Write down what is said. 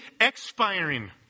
expiring